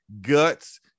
guts